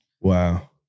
Wow